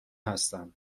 هستم